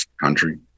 country